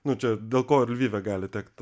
nu čia dėl ko ir lvive gali tekt